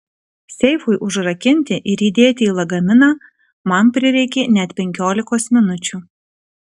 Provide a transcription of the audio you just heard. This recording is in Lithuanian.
seifui užrakinti ir įdėti į lagaminą man prireikė net penkiolikos minučių